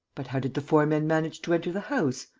but how did the four men manage to enter the house?